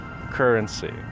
currency